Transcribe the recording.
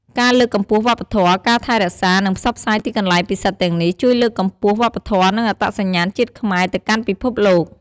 ការលើកកម្ពស់វប្បធម៌ ការថែរក្សា និងផ្សព្វផ្សាយទីកន្លែងពិសិដ្ឋទាំងនេះ ជួយលើកកម្ពស់ វប្បធម៌ និងអត្តសញ្ញាណជាតិខ្មែរ ទៅកាន់ពិភពលោក។